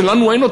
שלנו אין,